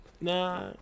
Nah